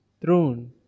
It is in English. throne